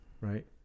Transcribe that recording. right